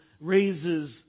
raises